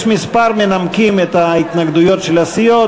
יש כמה מנמקים להתנגדויות של הסיעות,